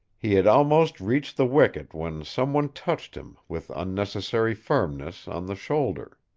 he had almost reached the wicket when someone touched him, with unnecessary firmness, on the shoulder.